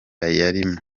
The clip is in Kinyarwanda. yarimo